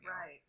right